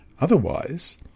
Otherwise